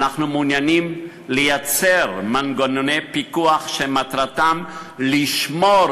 אנחנו מעוניינים לייצר מנגנוני פיקוח שמטרתם לשמור